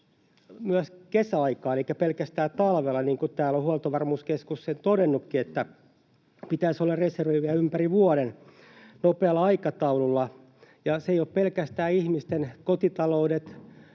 myös kesäaikaan eikä pelkästään talvella, niin kuin täällä on Huoltovarmuuskeskus sen todennutkin: pitäisi vielä olla reserviä ympäri vuoden nopealla aikataululla. Eivät pelkästään ihmisten kotitaloudet,